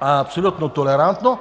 абсолютно толерантно.